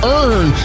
earn